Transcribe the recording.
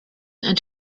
and